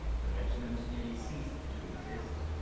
the regiment nearly ceased to exist.